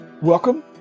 Welcome